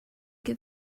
give